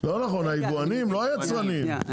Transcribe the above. לא היצרנים.